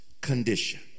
condition